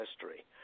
history